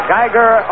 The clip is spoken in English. Geiger